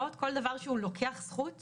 כאשר אנחנו מסתכלים על סעיף 5,